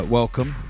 welcome